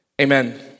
amen